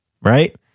right